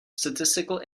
statistical